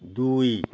ଦୁଇ